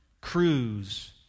cruise